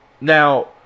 now